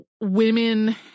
women